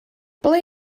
ble